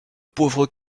pauvre